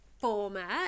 format